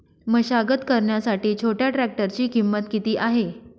मशागत करण्यासाठी छोट्या ट्रॅक्टरची किंमत किती आहे?